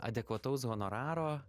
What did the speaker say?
adekvataus honoraro